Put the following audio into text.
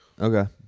Okay